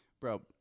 Bro